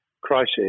crisis